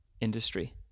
industry